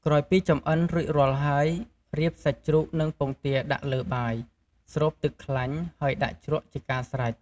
ក្រោយពីចម្អិនរួចរាល់ហើយ រៀបសាច់ជ្រូកនិងពងទាដាក់លើបាយ ស្រូបទឹកខ្លាញ់ ហើយដាក់ជ្រក់ជាការស្រេច។